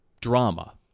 drama